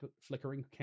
flickering